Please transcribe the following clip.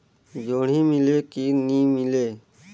जोणी मीले कि नी मिले?